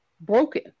broken